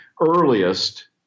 earliest